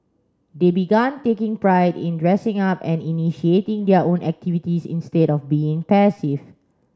they began taking pride in dressing up and initiating their own activities instead of being passive